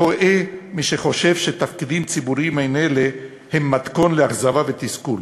טועה מי שחושב שתפקידים ציבוריים מעין אלה הם מתכון לאכזבה ותסכול,